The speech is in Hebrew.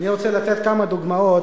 אני רוצה לתת כמה דוגמאות